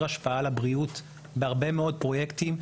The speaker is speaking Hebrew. השפעה על הבריאות בהרבה מאוד פרויקטים,